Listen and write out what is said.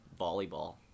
volleyball